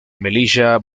melilla